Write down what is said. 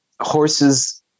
horses